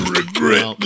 regret